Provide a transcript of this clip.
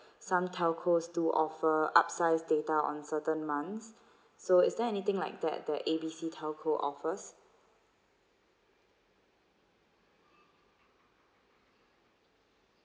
some telcos do offer upsize data on certain months so is there anything like that the A B C telco offers